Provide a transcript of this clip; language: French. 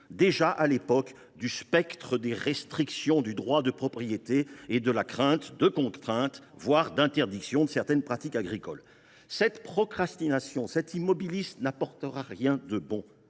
déjà à l’époque du spectre des restrictions du droit de propriété et de la crainte de contraintes, voire d’interdiction de certaines pratiques agricoles. Cette procrastination ou cet immobilisme n’apportera rien de bon.